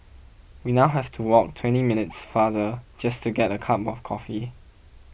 we now have to walk twenty minutes farther just to get a cup of coffee